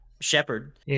Shepard